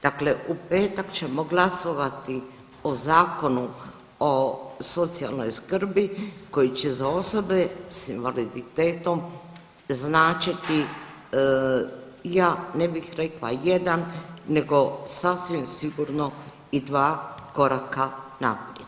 Dakle, u petak ćemo glasovati o Zakonu o socijalnoj skrbi koji će za osobe s invaliditetom značiti ja ne bih rekla jedan nego sasvim sigurno i 2 koraka naprijed.